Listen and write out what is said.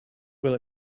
will